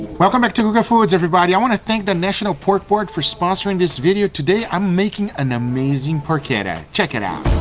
welcome back to guga foods everybody. i want to thank the national pork board for sponsoring this video. today i'm making an amazing porchetta. check it out!